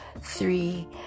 three